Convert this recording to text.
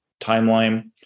timeline